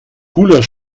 cooler